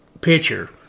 picture